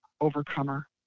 overcomer